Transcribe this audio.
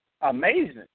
Amazing